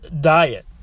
diet